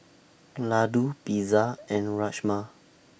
Ladoo Pizza and Rajma